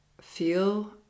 feel